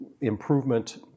improvement